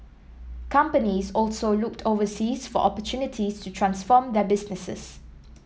companies also looked overseas for opportunities to transform their businesses